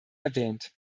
erwähnt